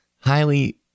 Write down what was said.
highly